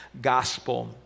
gospel